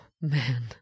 man